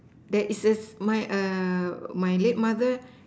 that is a my err my late mother